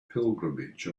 pilgrimage